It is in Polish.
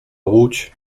łódź